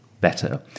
better